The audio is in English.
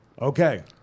Okay